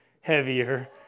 heavier